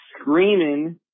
screaming –